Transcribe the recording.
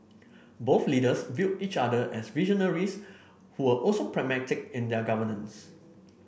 both leaders viewed each other as visionaries who were also pragmatic in their governance